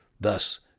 Thus